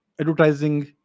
advertising